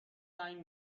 زنگ